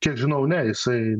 čia žinau ne jisai